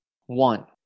One